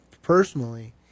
personally